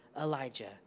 Elijah